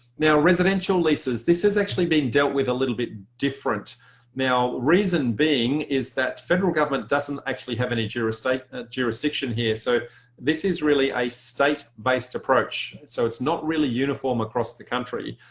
residential leases this has actually been dealt with a little bit different now reason being is that federal government doesn't actually have any jurisdiction ah jurisdiction here so this is really a state-based approach. it's so it's not really uniform across the country.